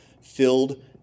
filled